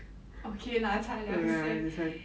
okay lah 才两岁